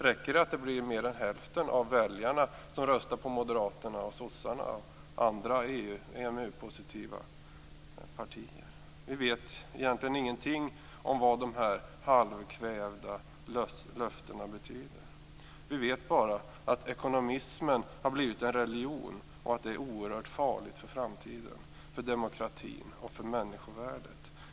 Räcker det att mer än hälften av väljarna röstar på Moderaterna, Socialdemokraterna och andra EMU-positiva partier? Vi vet egentligen ingenting om vad de här halvkvävda löftena betyder. Vi vet bara att ekonomismen har blivit en religion och att det är oerhört farligt för framtiden, för demokratin och för människovärdet.